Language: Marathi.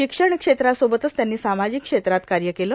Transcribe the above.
शिक्षण क्षेत्रासोबतच त्यांनी सामाजिक क्षेत्रात कार्य केले